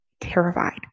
terrified